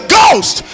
Ghost